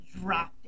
dropped